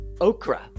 okra